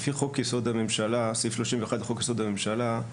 לפי סעיף 31 לחוק יסוד הממשלה,